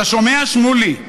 אתה שומע, שמולי?